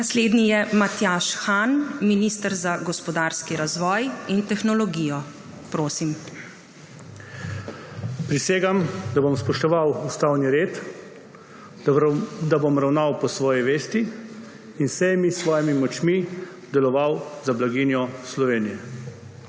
Prosim. MATJAŽ HAN (minister za gospodarski razvoj in tehnologijo): Prisegam, da bom spoštoval ustavni red, da bom ravnal po svoji vesti in z vsemi svojimi močmi deloval za blaginjo Slovenije.